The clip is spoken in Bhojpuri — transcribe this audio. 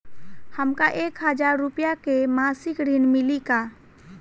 हमका एक हज़ार रूपया के मासिक ऋण मिली का?